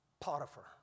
Potiphar